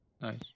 Nice